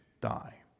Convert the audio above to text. die